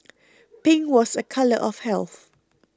pink was a colour of health